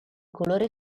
colore